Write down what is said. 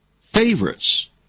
favorites